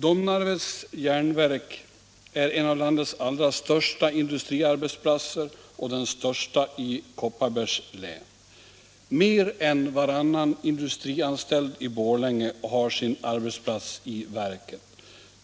Domnarvets Jernverk är en av landets allra största industriarbetsplatser och den största i Kopparbergs län. Mer än varannan industrianställd i Borlänge har sin arbetsplats i verket.